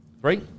Three